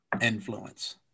influence